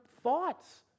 thoughts